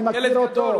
אני מכיר אותו,